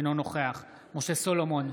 אינו נוכח משה סולומון,